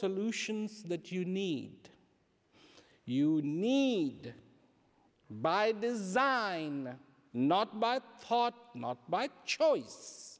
solutions that you need you need by design not by thought not by choice